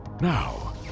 Now